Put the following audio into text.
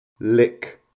Lick